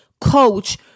Coach